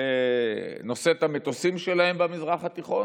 נושאת המטוסים שלהם במזרח התיכון.